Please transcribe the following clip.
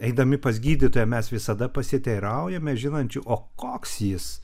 eidami pas gydytoją mes visada pasiteiraujame žinančių o koks jis